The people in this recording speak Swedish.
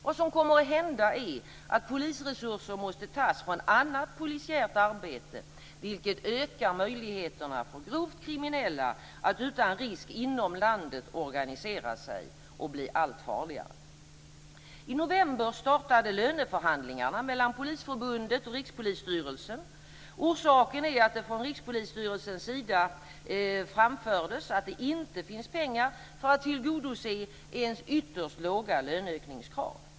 Vad som kommer att hända är att polisresurser måste tas från annat polisiärt arbete, vilket ökar möjligheterna för grovt kriminella att utan risk inom landet organisera sig och bli allt farligare. Polisförbundet och Rikspolisstyrelsen. Orsaken är att det från Rikspolisstyrelsens sida framfördes att det inte finns pengar för att tillgodose ens ytterst låga löneökningskrav.